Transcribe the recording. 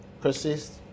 Persist